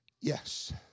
yes